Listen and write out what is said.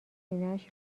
سینهاش